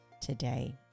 today